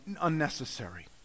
unnecessary